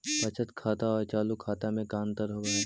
बचत खाता और चालु खाता में का अंतर होव हइ?